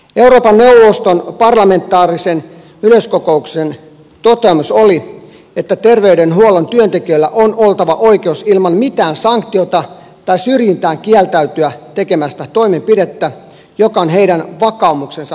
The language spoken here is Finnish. euroopan neuvoston parlamentaarisen yleiskokouksen toteamus oli että terveydenhuollon työntekijöillä on oltava oikeus ilman mitään sanktiota tai syrjintää kieltäytyä tekemästä toimenpidettä joka on heidän vakaumuksensa vastainen